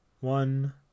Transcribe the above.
One